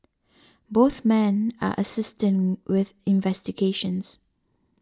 both men are assisting with investigations